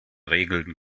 regeln